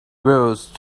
those